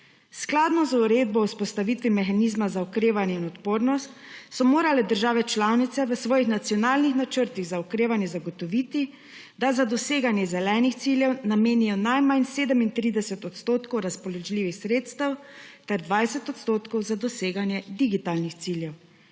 Skladno z uredbo o vzpostavitvi mehanizma za okrevanje in odpornost so morale države članice v svojih nacionalnih načrtih za okrevanje zagotoviti, da za doseganje zelenih ciljev namenijo najmanj 37 odstotkov razpoložljivih sredstev ter 20 odstotkov za doseganje digitalnih ciljev.